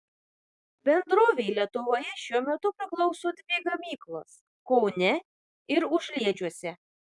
bendrovei lietuvoje šiuo metu priklauso dvi gamyklos kaune ir užliedžiuose